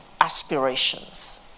aspirations